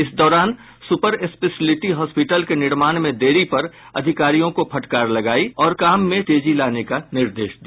इस दौरान super speciality hospital के निर्माण में देरी पर अधिकारियों को फटकार लगायी और काम में तेजी लाने का निर्देश दिया